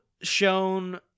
shown